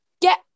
Get